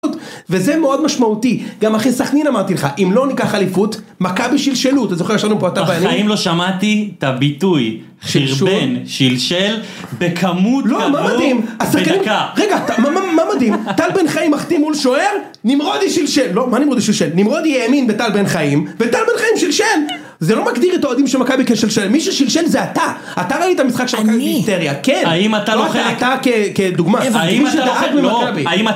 א. וזה מאוד משמעותי, גם אחרי סכנין אמרתי לך: אם לא ניקח אליפות, מכבי שלשלו. אתה זוכר יש לנו בטאב... ב. בחיים לא שמעתי את הביטוי חירבן שילשל בכמות כזו בדקה! (צוחק) א. לא! מה מדהים? השחקנים... רגע מה מדהים? טל בן חיים מחטיא מול שוער, נמרודי שלשל! לא, מה נמרודי שלשל? נמרודי האמין בטל בן חיים וטל בן חיים שלשל. זה לא מגדיר את האוהדים של מכבי כשלשל. מי ששלשל זה אתה! ב. אני?! א. אתה ראית משחק של מכת דיזנטריה... כן! ב. האם אתה לא חלק...? א. לא אתה. אתה כדוגמה. ב. הבנתי. א. האם אתה דאגת למכבי. ב. לא! האם אתה לא ח... לא! האם א...